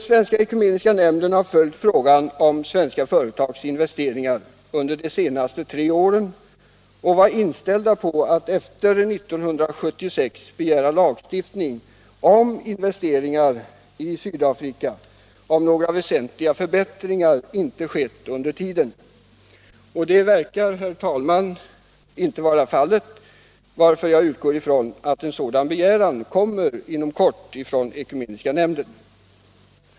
Svenska ekumeniska nämnden har följt frågan om svenska företags investeringar under de senaste tre åren och varit inställd på att efter 1976 begära lagstiftning mot investeringar i Sydafrika, om några väsentliga förbättringar inte skett under tiden. Det verkar, herr talman, inte vara fallet, varför jag utgår ifrån att en sådan begäran från Svenska ekumeniska nämnden kommer inom kort.